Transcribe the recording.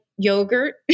Yogurt